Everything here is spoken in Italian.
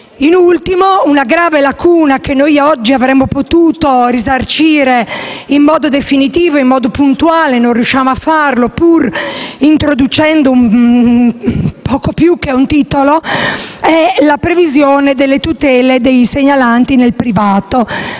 In ultimo, una grave lacuna che oggi avremmo potuto colmare in modo definitivo e puntuale, ma non riusciamo a farlo, introducendo poco più che un titolo, riguarda le tutele dei segnalanti nel privato.